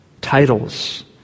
titles